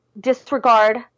disregard